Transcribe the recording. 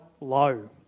low